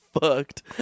fucked